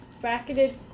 bracketed